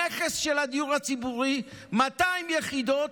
נכס של הדיור הציבורי, 200 יחידות,